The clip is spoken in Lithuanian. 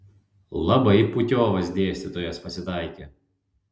labai putiovas dėstytojas pasitaikė